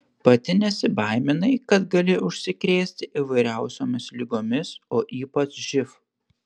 pati nesibaiminai kad gali užsikrėsti įvairiausiomis ligomis o ypač živ